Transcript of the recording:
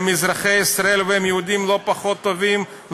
הם אזרחי ישראל והם יהודים לא פחות טובים,